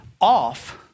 off